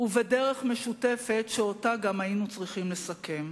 ובדרך משותפת, שאותה היינו צריכים לסכם.